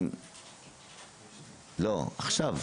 2022. לא, עכשיו.